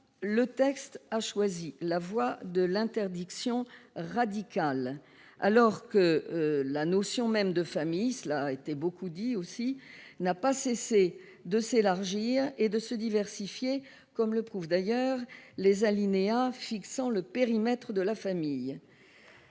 Or on a choisi la voie de l'interdiction radicale, alors que la notion même de famille, comme on l'a déjà beaucoup souligné, n'a pas cessé de s'élargir et de se diversifier, comme le prouvent d'ailleurs les alinéas de l'article 4 fixant le périmètre de la famille.